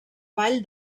vall